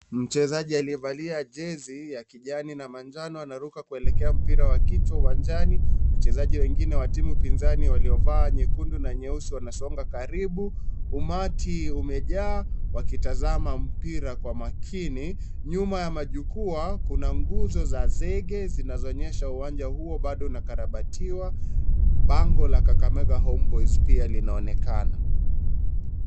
Mchezaji aliyevalia jezi ya kijani na manjano anaruka kuelekea mpira wa kichwa uwanjani. Wachezaji wengine wa timu pinzani waliovaa nyekundu na nyeusi wanasonga karibu. Umati umejaa wakitazama mpira kwa makini. Nyuma ya majukwaa kuna nguzo za zege zinazoonyesha uwanja huo bado unakarabatiwa. Bango la Kakamega Homeboys pia linaonekana.